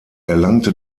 erlangte